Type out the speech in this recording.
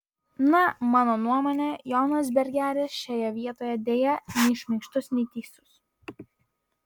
na mano nuomone jonas bergeris šioje vietoje deja nei šmaikštus nei teisus